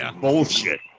bullshit